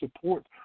support